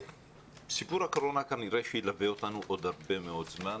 סיפור הקורונה כנראה שילווה אותנו עוד הרבה מאוד זמן,